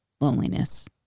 loneliness